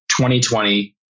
2020